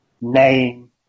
name